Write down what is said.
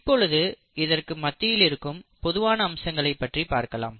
இப்பொழுது இதற்கு மத்தியில் இருக்கும் பொதுவான அம்சங்களைப் பற்றி பார்க்கலாம்